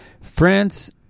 France